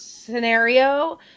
scenario